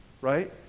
right